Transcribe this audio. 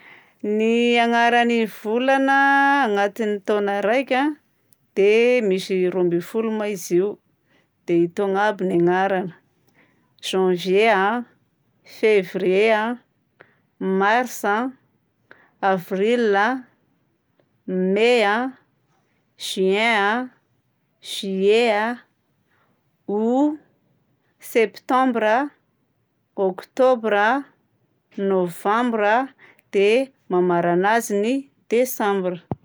Ny agnaran'ny volana agnatin'ny taona raika a dia misy roa ambin'ny folo moa izy io. Dia itony avy no agnarany: janvier a, fevrier a, mars a, avril a, mai a, juin a, juillet a, août, septembre a, octobre a, novembre a, dia mamarana azy ny décembre.